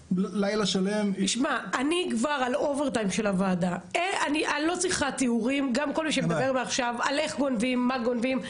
אני לא צריכה תיאורים על איך גונבים, מה גונבים.